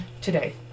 Today